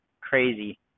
crazy